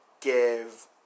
give